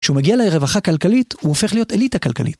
כשהוא מגיע לרווחה כלכלית, הוא הופך להיות אליטה כלכלית.